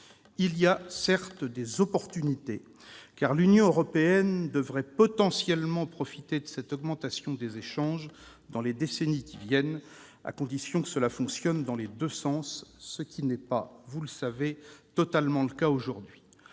des occasions sont à saisir : l'Union européenne devrait potentiellement profiter de cette augmentation des échanges dans les décennies qui viennent, à condition que cela fonctionne dans les deux sens, ce qui- vous le savez -n'est pas totalement le cas aujourd'hui.